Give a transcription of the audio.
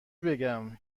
بگم